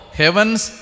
heavens